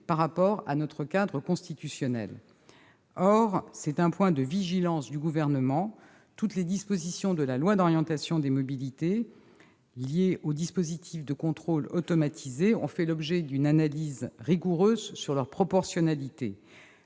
compte tenu de notre cadre constitutionnel. Or c'est un point de vigilance du Gouvernement : toutes les dispositions du projet de loi d'orientation des mobilités liées aux dispositifs de contrôle automatisé ont fait l'objet d'une analyse rigoureuse quant à leur proportionnalité.